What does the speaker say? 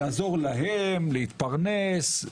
להם להתפרנס,